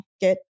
get